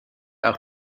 auch